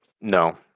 No